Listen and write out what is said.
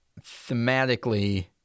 thematically